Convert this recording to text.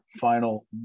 final